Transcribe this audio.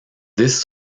this